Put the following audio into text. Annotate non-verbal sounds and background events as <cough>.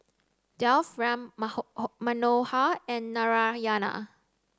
Dev Ram <unintelligible> Manohar and Narayana